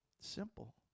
Simple